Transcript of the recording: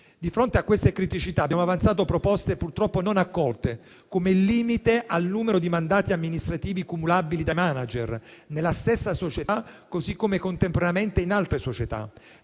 Di fronte a queste criticità, abbiamo avanzato proposte purtroppo non accolte, come il limite al numero di mandati amministrativi cumulabili dai *manager* nella stessa società, così come contemporaneamente in altre società,